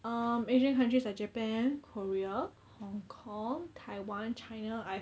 um asian countries like japan korea hong kong taiwan china I've